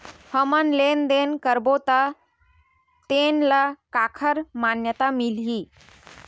हमन लेन देन करबो त तेन ल काखर मान्यता मिलही?